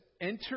enter